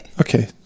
Okay